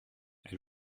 elle